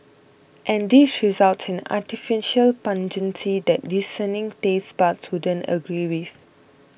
and this results in an artificial pungency that discerning taste buds wouldn't agree with